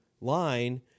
line